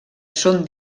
són